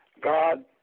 God